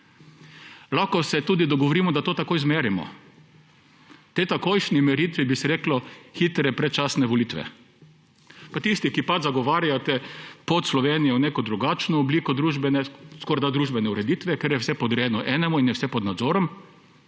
Lahko se tudi dogovorimo, da to tako izmerimo. Tej takojšnji meritvi bi se reklo hitre predčasne volitve. Pa tisti, ki zagovarjate Slovenijo pod neko drugačno obliko skorajda družbene ureditve, kjer je vse podrejeno enemu in je vse pod nadzorom,